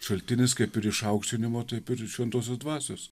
šaltinis kaip ir išaukštinimo taip ir šventosios dvasios